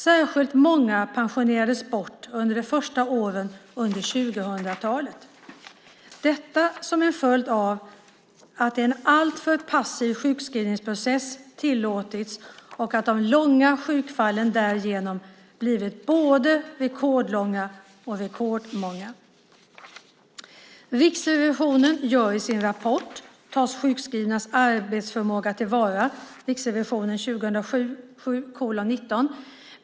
Särskilt många pensionerades bort under de första åren under 2000-talet - detta som en följd av att en alltför passiv sjukskrivningsprocess hade tillåtits och att de långa sjukfallen därigenom blivit både rekordlånga och rekordmånga. Riksrevisionen gör i sin rapport, Tas sjukskrivnas arbetsförmåga till vara?